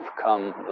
come